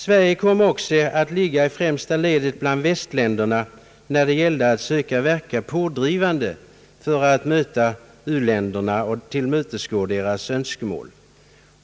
Sverige kommer också att ligga i främsta ledet bland västländerna när det gäller att söka verka pådrivande för att möta u-länderna och tillmötesgå deras önskemål.